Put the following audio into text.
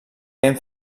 ben